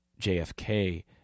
JFK